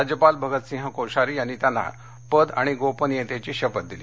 राज्यपाल भगतसिंग कोश्यारी यांनी त्यांना पद आणि गोपनीयतेची शपथ दिली